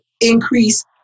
increase